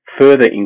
further